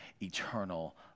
eternal